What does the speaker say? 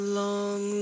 long